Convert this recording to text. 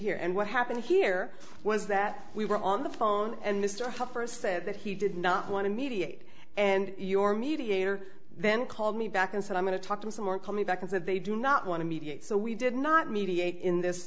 here and what happened here was that we were on the phone and mr hoffer said that he did not want to mediate and your mediator then called me back and said i'm going to talk to some more coming back and that they do not want to mediate so we did not mediate in this